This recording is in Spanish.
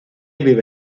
vive